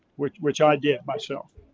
which which i did myself.